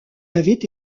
avait